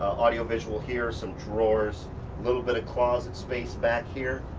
audio visual here, some drawers little bit of closet space back here.